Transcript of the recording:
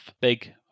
big